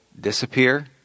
disappear